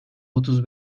otuz